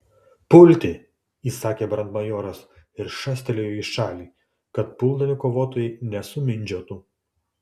pulti įsakė brandmajoras ir šastelėjo į šalį kad puldami kovotojai nesumindžiotų